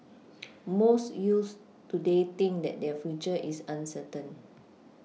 most youths today think that their future is uncertain